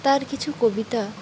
তার কিছু কবিতা